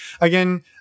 again